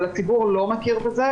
אבל הציבור לא מכיר בזה.